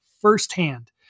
firsthand